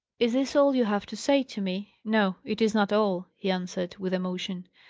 is this all you have to say to me? no, it is not all, he answered, with emotion.